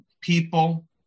people